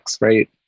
right